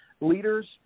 leaders